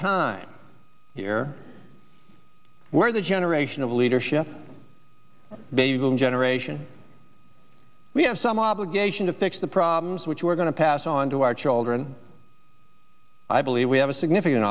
time here we're the generation of leadership baby boom generation we have some obligation to fix the problems which we're going to pass on to our children i believe we have a significant